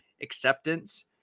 acceptance